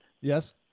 Yes